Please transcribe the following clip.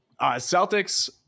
Celtics